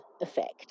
effect